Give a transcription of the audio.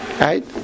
right